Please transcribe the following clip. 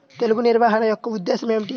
తెగులు నిర్వహణ యొక్క ఉద్దేశం ఏమిటి?